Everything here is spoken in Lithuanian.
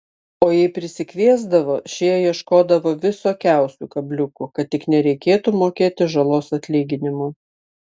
o jei prisikviesdavo šie ieškodavo visokiausių kabliukų kad tik nereikėtų mokėti žalos atlyginimo